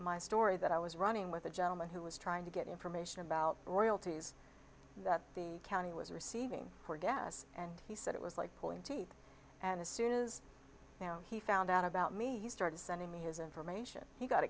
my story that i was running with a gentleman who was trying to get information about royalties that the county was receiving for gas and he said it was like pulling teeth and as soon is now he found out about me he started sending me his information he got